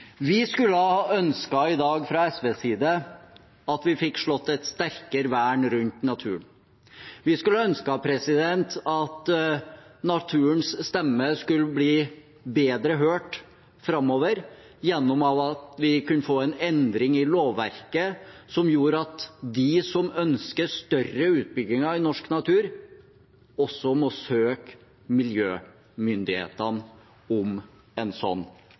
Vi skulle ha ønsket i dag fra SVs side at vi fikk slått et sterkere vern rundt naturen. Vi skulle ønsket at naturens stemme skulle bli bedre hørt framover, gjennom at vi kunne få en endring i lovverket som gjorde at de som ønsker større utbygginger i norsk natur, også må søke miljømyndighetene om en